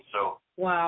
Wow